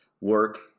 work